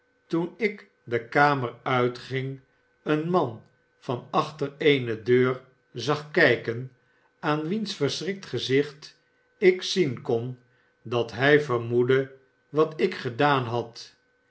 toen ik de kamer uitging een man van achter eene deur zag kijken aan wiens verschrikt gezicht ik zien kon dat hij vermoedde wat ik gedaan had